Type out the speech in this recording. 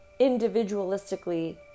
individualistically